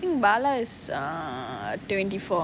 I think bala is err twenty four